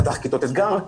פתח כיתות אתגר,